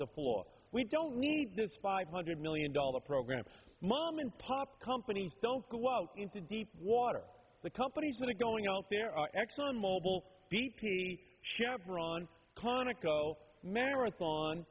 the floor we don't need this five hundred million dollar program for mom and pop companies don't go out into water the company's money going out there are exxon mobil chevron conoco marathon